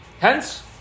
Hence